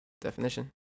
definition